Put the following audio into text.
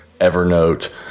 Evernote